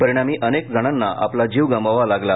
परिणामी अनेक जणांना आपला जीव गमवावा लागला